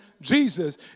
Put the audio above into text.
Jesus